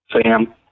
Sam